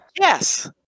Yes